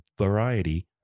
variety